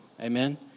Amen